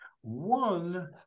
One